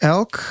Elk